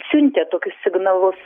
siuntė tokius signalus